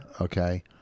okay